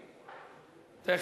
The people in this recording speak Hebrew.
תיכף.